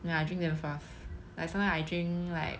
ya I drink damn fast like sometimes I drink like